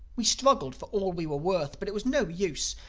we struggled for all we were worth but it was no use.